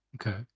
Okay